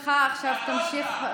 תומך טרור חמאסניק.